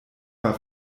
war